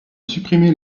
supprimé